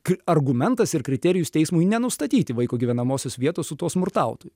kai argumentas ir kriterijus teismui nenustatyti vaiko gyvenamosios vietos su tuo smurtautoju